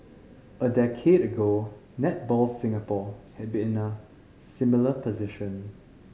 a decade ago Netball Singapore had been in a similar position